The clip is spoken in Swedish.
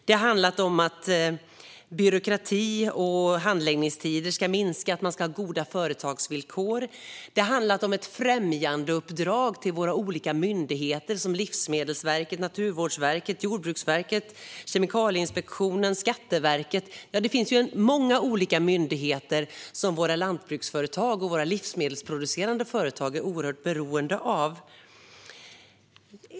Det har handlat om att byråkrati och handläggningstider ska minska och om att man ska ha goda företagsvillkor. Det har handlat om ett främjandeuppdrag till våra olika myndigheter som Livsmedelsverket, Naturvårdsverket, Jordbruksverket, Kemikalieinspektionen och Skatteverket - ja, det finns många olika myndigheter som våra lantbruksföretag och livsmedelsproducerande företag är oerhört beroende av.